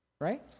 right